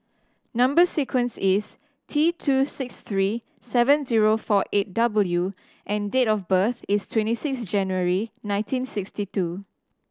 number sequence is T two six three seven zero four eight W and date of birth is twenty six January nineteen sixty two